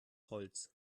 holz